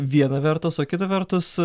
viena vertus o kita vertus